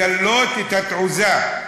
לגלות את התעוזה,